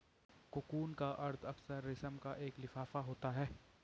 cocoon का अर्थ अक्सर रेशम का एक लिफाफा होता है